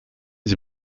sie